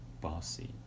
bossy